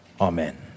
Amen